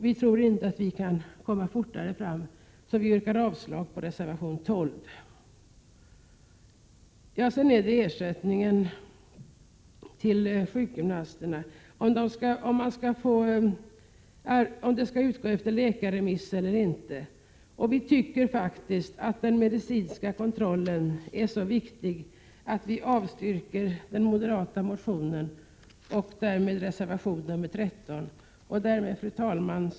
Vi tror inte att vi kan gå fortare fram. Vi yrkar avslag på reservation 12. När det gäller frågan om huruvida ersättning till sjukgymnasterna skall utgå efter läkarremiss eller inte anser vi att den medicinska kontrollen är viktig. Vi avstyrker därför den moderata motionen och yrkar avslag på reservation 13. Fru talman!